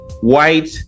white